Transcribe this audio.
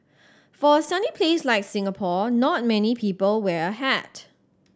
for a sunny place like Singapore not many people wear a hat